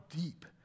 deep